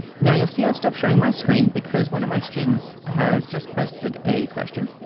now you'll see i'll stop sharing my screen because one of my students has just posted a question,